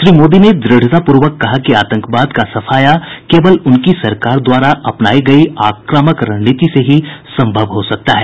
श्री मोदी ने द्रढ़तापूर्वक कहा कि आतंकवाद का सफाया केवल उनकी सरकार द्वारा अपनाई गई आक्रामक रणनीति से ही संभव हो सकता है